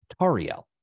Tariel